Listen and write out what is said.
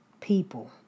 people